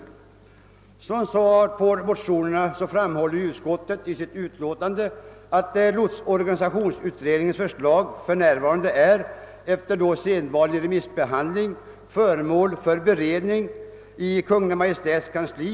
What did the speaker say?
I sitt utlåtande över motionerna framhåller utskottet att lotsorganisationsutredningens förslag efter sedvanlig remissbehandling för närvarande är föremål för beredning i Kungl. Maj:ts kansli.